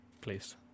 please